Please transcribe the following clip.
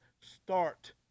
start